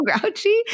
grouchy